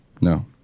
No